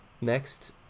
Next